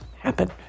happen